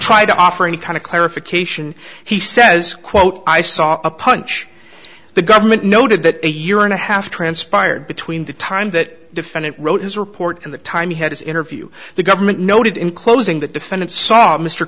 try to offer any kind of clarification he says quote i saw a punch the government noted that a year and a half transpired between the time that defendant wrote his report and the time he had his interview the government noted in closing that defendant saw mr